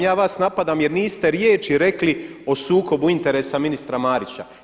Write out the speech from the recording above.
Ja vas napadam jer niste riječi rekli o sukobu interesa ministra Marića.